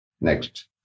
Next